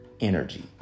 energy